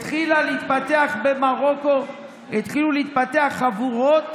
התחילו להתפתח במרוקו חבורות